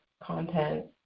content